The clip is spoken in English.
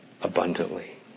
abundantly